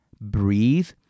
breathe